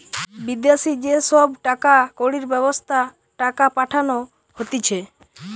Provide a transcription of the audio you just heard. বিদেশি যে সব টাকা কড়ির ব্যবস্থা টাকা পাঠানো হতিছে